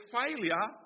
failure